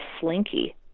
slinky